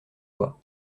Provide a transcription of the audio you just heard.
loi